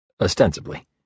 Ostensibly